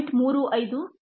23 4